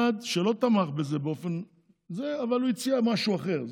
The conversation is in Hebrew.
אחד שלא תמך בזה באופן זה הציע משהו אחר,